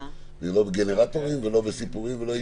לא בגנרטורים ולא בסיפורים ולא בעניינים.